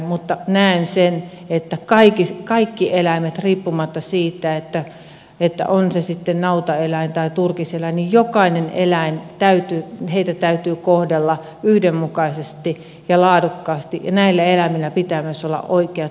mutta näen sen että riippumatta siitä että on se sitten nautaeläin tai turkiseläin niin jokaista eläintä täytyy kohdella yhdenmukaisesti ja laadukkaasti ja näillä eläimillä pitää myös olla oikeat perusoikeudet